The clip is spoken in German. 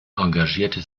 engagierte